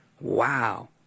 Wow